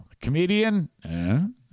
Comedian